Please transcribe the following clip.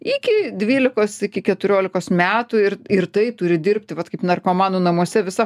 iki dvylikos iki keturiolikos metų ir ir tai turi dirbti vat kaip narkomanų namuose visa